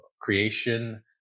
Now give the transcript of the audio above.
creation